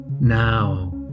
Now